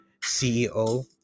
CEO